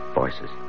voices